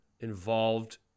involved